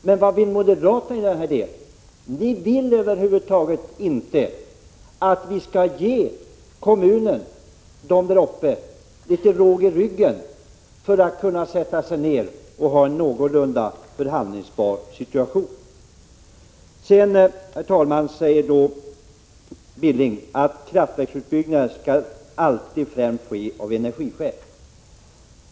Men ni moderater vill över huvud taget inte att vi skall ge kommunen där uppe litet råg i ryggen i en någorlunda förhandlingsbar situation. Knut Billing sade sedan att kraftverksutbyggnaden alltid främst skall ske av energiskäl.